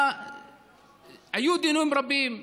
היו דיונים רבים,